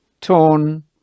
torn